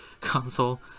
console